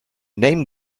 name